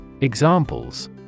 Examples